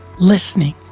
listening